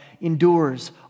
endures